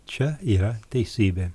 čia yra teisybė